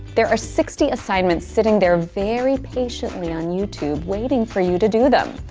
there are sixty assignments sitting there very patiently on youtube waiting for you to do them,